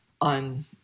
on